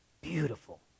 beautiful